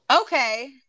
Okay